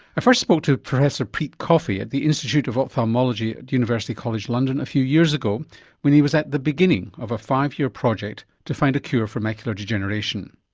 i first spoke to professor pete coffey at the institute of ophthalmology at university college london a few years ago when he was at the beginning of a five-year project to find a cure for macular degeneration.